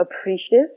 appreciative